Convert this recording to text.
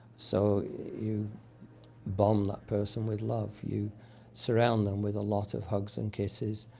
so you bomb that person with love. you surround them with a lot of hugs and kisses.